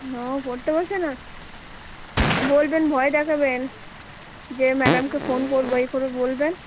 ও পড়তে বসে না বলবেন ভয় দেখাবেন যে ম্যাডামকে ফোন করব এই করে বলবেন